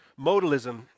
Modalism